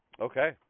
Okay